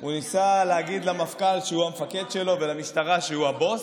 הוא ניסה להגיד למפכ"ל שהוא המפקד שלו ולמשטרה שהוא הבוס,